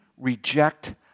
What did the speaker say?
reject